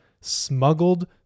smuggled